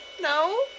No